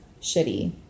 shitty